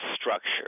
structure